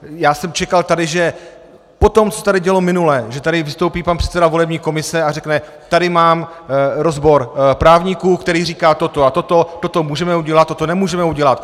Já jsem čekal tady, že po tom, co se tady dělo minule, tady vystoupí pan předseda volební komise a řekne: tady mám rozbor právníků, který říká toto a toto, toto můžeme udělat, toto nemůžeme udělat.